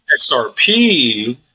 XRP